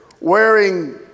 Wearing